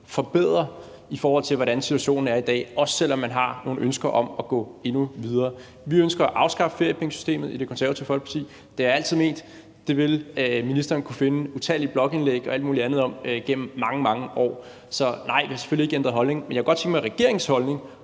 forbedrer, i forhold til hvordan situationen er i dag, også selv om man har nogle ønsker om at gå endnu videre. Vi ønsker at afskaffe feriepengesystemet i Det Konservative Folkeparti. Det har jeg altid ønsket. Det vil ministeren kunne finde utallige blogindlæg og alt mulig andet om gennem mange, mange år. Så nej, vi har selvfølgelig ikke ændret holdning. Men jeg kunne godt tænke mig at høre regeringens holdning